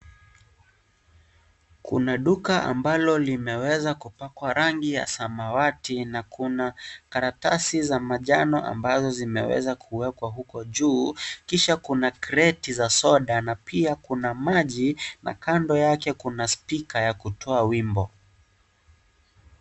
Kuna duka ambalo limeweza kupakwa rangi ya samawati na kuna karatasi za manjano ambazo zimeweza kuwekwa huko juu, kisha kuna kreti za soda na pia kuna maji, na kando yake kuna speaker ya kutoa wimbo.